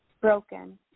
Broken